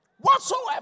whatsoever